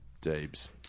Debs